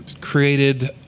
created